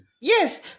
Yes